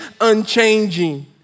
unchanging